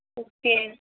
okay